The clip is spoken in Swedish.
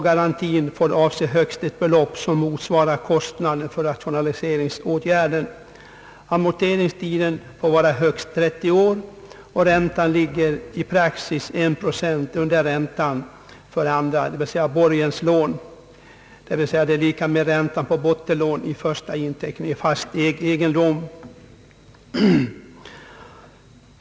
Garantin får avse högst ett belopp som motsvarar kostnaden för rationaliseringsåtgärden. Amorteringstiden får vara högst 30 år, och räntan ligger enligt praxis en procent under räntan på borgenslån, dvs. den är lika med räntan för bottenlån mot första inteckning i fast egendom.